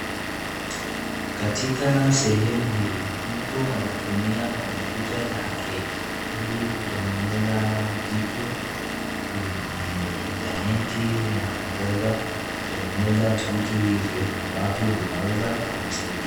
Katika sehemu hii, mtu anatumia kpyuta yake, ili kutengeneza vitu, kwenye intaneti na kuweza kutengeneza vitu hivyo, ambayo vinaweza kumsaidia.